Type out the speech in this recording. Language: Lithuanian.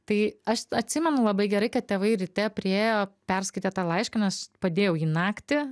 tai aš atsimenu labai gerai kad tėvai ryte priėjo perskaitę tą laišką nes aš padėjau jį naktį